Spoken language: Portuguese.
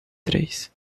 três